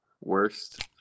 Worst